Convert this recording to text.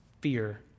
fear